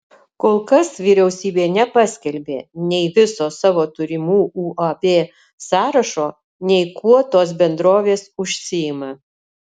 kol kas vyriausybė nepaskelbė nei viso savo turimų uab sąrašo nei kuo tos bendrovės užsiima